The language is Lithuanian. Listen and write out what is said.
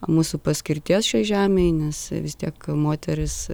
mūsų paskirties šioj žemėj nes vis tiek moteris